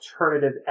alternative